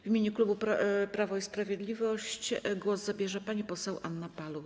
W imieniu klubu Prawo i Sprawiedliwość głos zabierze pani poseł Anna Paluch.